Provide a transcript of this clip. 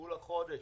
כולה חודש.